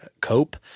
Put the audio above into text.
cope